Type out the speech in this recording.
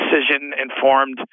decision-informed